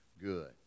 good